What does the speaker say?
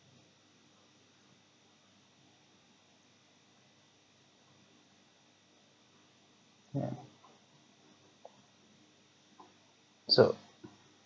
mm so